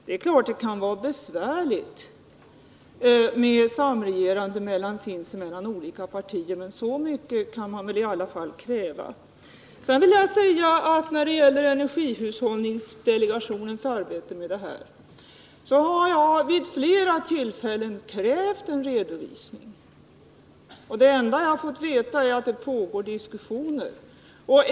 Det är klart att det kan vara besvärligt med samregerande av sinsemellan oense partier, men så mycket kan man väl i alla fall kräva. När det gäller energihushållningsdelegationens arbete med dessa frågor har jag vid flera tillfällen krävt en redovisning. Det enda jag har fått veta är att det pågår diskussioner.